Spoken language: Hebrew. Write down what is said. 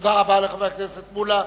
תודה רבה לחבר הכנסת מולה.